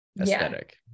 aesthetic